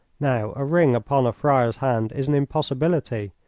now, a ring upon a friar's hand is an impossibility,